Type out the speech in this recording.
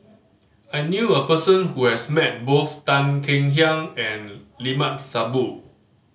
I knew a person who has met both Tan Kek Hiang and Limat Sabtu